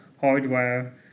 hardware